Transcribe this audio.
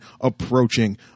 approaching